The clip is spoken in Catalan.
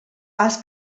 els